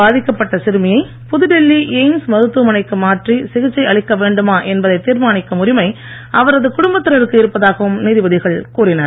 பாதிக்கப்பட்ட சிறுமியை புதுடெல்லி எய்ம்ஸ் மருத்துவமனைக்கு மாற்றி சிகிச்சை அளிக்க வேண்டுமா என்பதை தீர்மானிக்கும் உரிமை அவரது குடும்பத்தினருக்கு இருப்பதாகவும் நீதிபதிகள் கூறினர்